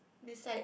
beside